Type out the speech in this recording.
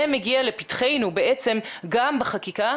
זה מגיע לפתחנו בעצם גם בחקיקה,